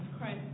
Christ